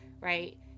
right